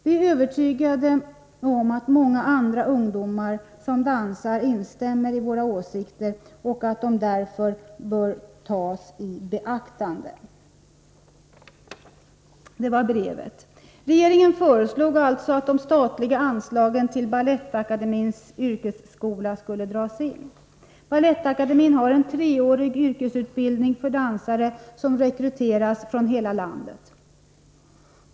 Vi är övertygade om att många andra ungdomar som dansar instämmer i våra åsikter och att de därför bör tas i beaktande.” Så långt brevet. Regeringen föreslog alltså att de statliga anslagen till Balettakademiens yrkesskola skulle dras in. Balettakademien har en treårig yrkesutbildning för dansare, som rekryteras från hela landet.